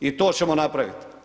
I to ćemo napraviti.